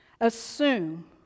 assume